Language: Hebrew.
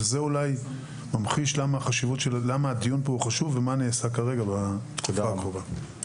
וזה אולי ממחיש למה הדיון פה חשוב ומה נעשה כרגע בנקודה הקרובה.